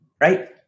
right